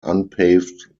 unpaved